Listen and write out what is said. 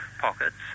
pockets